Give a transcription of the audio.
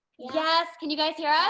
yes can you guys hear yeah